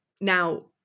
Now